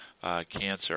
cancer